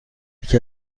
یکی